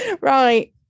Right